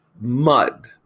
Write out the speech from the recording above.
mud